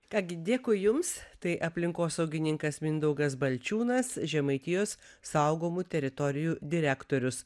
ką gi dėkui jums tai aplinkosaugininkas mindaugas balčiūnas žemaitijos saugomų teritorijų direktorius